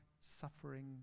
suffering